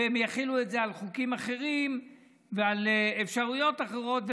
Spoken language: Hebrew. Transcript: והם יחילו את זה על חוקים אחרים ועל אפשרויות אחרות.